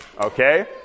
okay